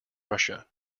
russia